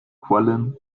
quallen